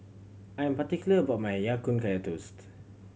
I am particular about my Ya Kun Kaya Toast